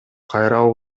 кайра